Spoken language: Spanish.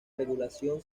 regulación